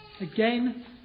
Again